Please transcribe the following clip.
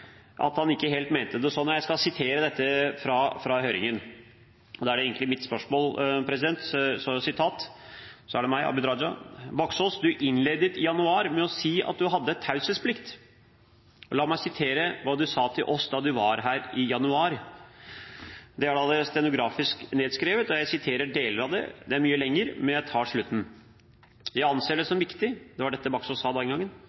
at han skulle informere Stortinget om alt han visste. I etterkant har han unnskyldt seg med at han ikke helt mente det sånn. Jeg skal sitere fra høringen – og dette er mitt spørsmål: «Baksaas, du innledet i januar med å si at du hadde taushetsplikt. La meg sitere hva du sa til oss da du var her i januar. Det er da stenografisk nedskrevet, og jeg siterer deler av det. Det er mye lengre, men jeg tar slutten: «Jeg anser det